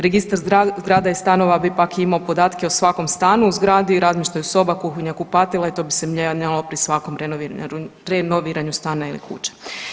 Registar zgrada i stanova bi pak imao podatke o svakom stanu u zgradi, razmještaju soba, kuhinja, kupatila i to bi se mijenjalo pri svakom renoviranju stana ili kuće.